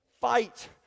Fight